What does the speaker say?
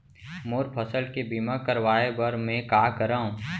मोर फसल के बीमा करवाये बर में का करंव?